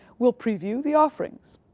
we'll preview the offerings.